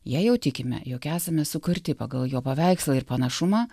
jei jau tikime jog esame sukurti pagal jo paveikslą ir panašumą